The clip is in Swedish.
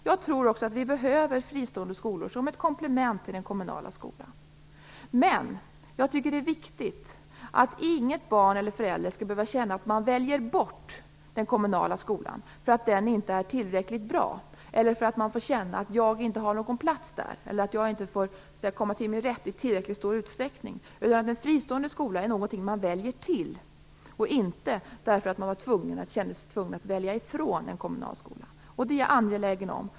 Jag tror också att vi behöver fristående skolor som ett komplement till den kommunala skolan. Men jag tycker att det är viktigt att inga barn eller föräldrar känner att de väljer bort den kommunala skolan för att den inte är tillräckligt bra eller för att man känner att man inte har någon plats där eller inte kommer till sin rätt i tillräckligt stor utsträckning. En fristående skola skall vara något man väljer till. Det skall inte vara så att man känner sig tvungen att välja från en kommunal skola. Detta är jag angelägen om.